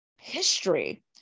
history